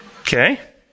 Okay